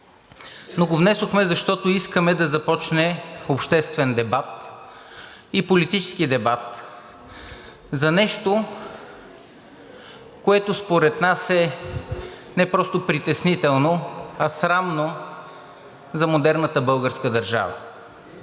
но го внесохме, защото искаме да започне обществен дебат и политически дебат за нещо, което според нас е не просто притеснително, а срамно за модерната българска държава.